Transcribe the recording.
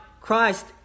Christ